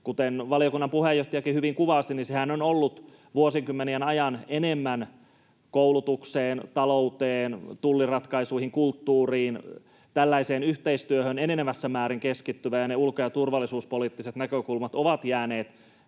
Kuten valiokunnan puheenjohtajakin hyvin kuvasi, niin sehän on ollut vuosikymmenien ajan enemmän koulutukseen, talouteen, tulliratkaisuihin, kulttuuriin, tällaiseen yhteistyöhön enenevässä määrin keskittyvä ja ulko- ja turvallisuuspoliittiset näkökulmat ovat jääneet